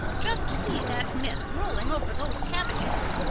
just see that mist rolling over those cabbages.